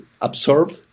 absorb